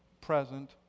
present